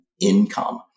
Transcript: income